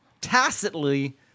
tacitly